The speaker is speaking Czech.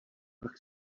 pak